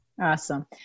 Awesome